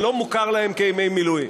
זה לא מוכר להם כימי מילואים.